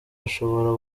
ashobora